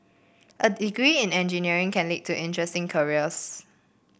a degree in engineering can lead to interesting careers